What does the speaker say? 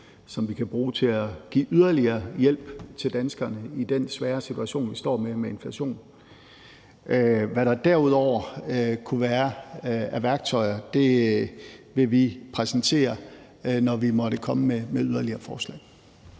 som vi kan bruge til at give yderligere hjælp til danskerne i den svære situation med inflation, vi står med. Hvad der derudover kunne være af værktøjer, vil vi præsentere, når vi måtte komme med yderligere forslag.